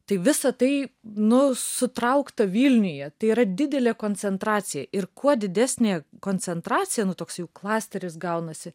tai visa tai nu sutraukta vilniuje tai yra didelė koncentracija ir kuo didesnė koncentracija toks jau klasteris gaunasi